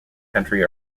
country